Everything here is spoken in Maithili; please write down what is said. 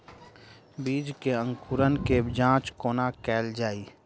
बीज केँ अंकुरण केँ जाँच कोना केल जाइ?